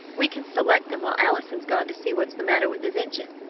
we can select them while allison's gone to see what's the matter with his engine.